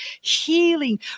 healing